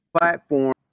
platform